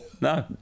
No